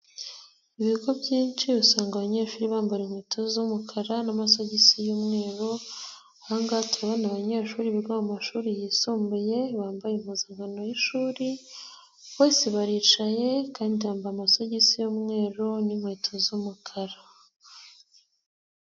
Ibigo byinshi usanga abanyeshuri bambara inkweto z'umukara n'amasogisi y'umweru. Aha ngaha turabona abanyeshuri biga mu mashuri yisumbuye, bambaye impuzankano y'ishuri, bose baricaye kandi bambaye amasogisi y'umweru n'inkweto z'umukara.